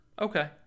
Okay